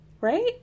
right